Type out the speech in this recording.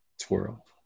twirl